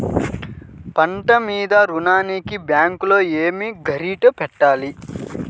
పంట మీద రుణానికి బ్యాంకులో ఏమి షూరిటీ పెట్టాలి?